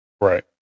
Right